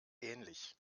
ähnlich